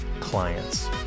clients